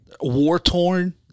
War-torn